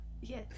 Yes